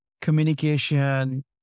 communication